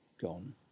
gone